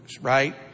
right